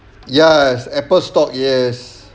yes apple stock yes